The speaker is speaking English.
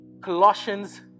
Colossians